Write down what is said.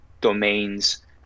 domains